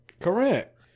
Correct